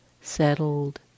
settled